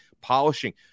polishing